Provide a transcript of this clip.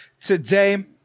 today